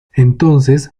entonces